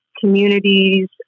communities